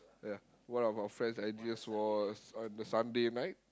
ya one of our friends Andreas was on the Sunday night